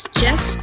jess